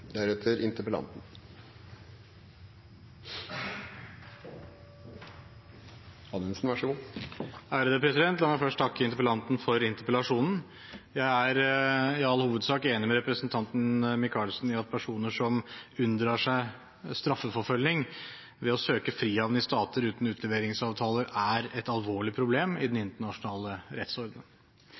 La meg først takke interpellanten for interpellasjonen. Jeg er i all hovedsak enig med representanten Michaelsen i at personer som unndrar seg straffeforfølgning ved å søke frihavn i stater uten utleveringsavtaler, er et alvorlig problem i den internasjonale